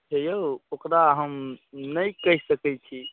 हे औ ओकरा हम नहि कहि सकै छी